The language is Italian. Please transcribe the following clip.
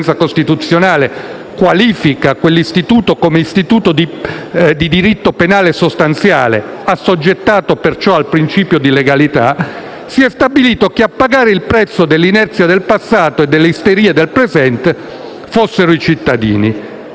giurisprudenza costituzionale qualifica come istituto di diritto penale sostanziale, assoggettato al principio di legalità - si è stabilito che a pagare il prezzo dell'inerzia del passato e delle isterie del presente fossero i cittadini.